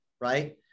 Right